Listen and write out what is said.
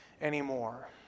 anymore